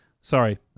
sorry